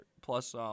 plus